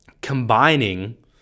combining